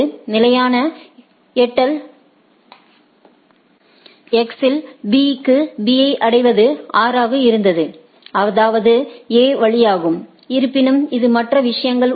நிலையான எட்டல் X இல் B க்கு B ஐ அடைவது 6 ஆக இருந்தது அது A வழியாகும் இருப்பினும் இது மற்ற விஷயங்கள் உள்ளன